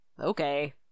Okay